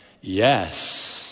yes